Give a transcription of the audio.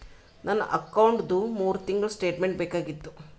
ನನ್ನ ಅಕೌಂಟ್ದು ಮೂರು ತಿಂಗಳದು ಸ್ಟೇಟ್ಮೆಂಟ್ ಬೇಕಾಗಿತ್ತು?